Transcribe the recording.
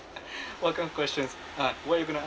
what kind of questions ah what you going to